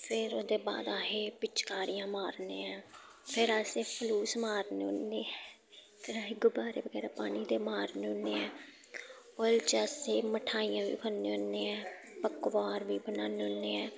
फिर उ'दे बाद अस पिचकारियां मारने ऐं फिर अस फलूस मारने होन्ने ऐं फिर अस गुब्बारे बगैरा पानी दे मारने होन्ने ऐं होली च अस मठेआइयां बी खन्ने होन्ने ऐं पकवान बी बनान्ने होन्ने ऐं